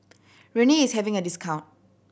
rene is having a discount